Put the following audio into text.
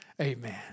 Amen